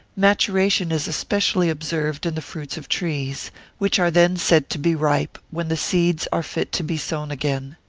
maturation is especially observed in the fruits of trees which are then said to be ripe, when the seeds are fit to be sown again.